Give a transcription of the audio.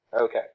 Okay